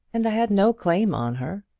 and i had no claim on her.